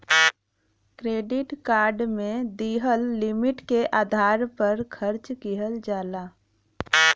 credit card में दिहल limit के आधार पर खर्च किहल जाला